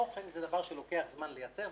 תוכן זה דבר שלוקח זמן לייצר,